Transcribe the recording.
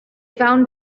found